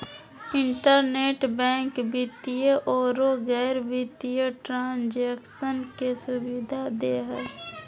internet bank वित्तीय औरो गैर वित्तीय ट्रांन्जेक्शन के सुबिधा दे हइ